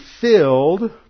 filled